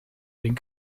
den